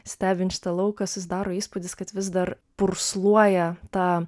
stebint šitą lauką susidaro įspūdis kad vis dar pursluoja ta